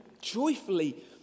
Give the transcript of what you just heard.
joyfully